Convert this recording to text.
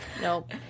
Nope